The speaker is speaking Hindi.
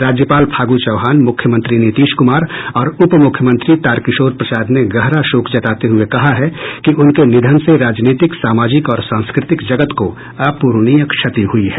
राज्यपाल फागू चौहान मुख्यमंत्री नीतीश कुमार और उप मुख्यमंत्री तारकिशोर प्रसाद ने गहरा शोक जताते हुए कहा है कि उनके निधन से राजनीतिक सामाजिक और सांस्कृतिक जगत को अपूरणीय क्षति हुई है